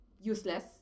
useless